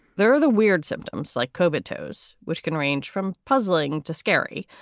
there are the weird symptoms like comatose, which can range from puzzling to scary.